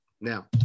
Now